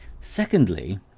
Secondly